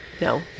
No